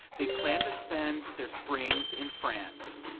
they plan to spend their springs in france